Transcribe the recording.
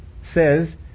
says